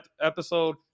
episode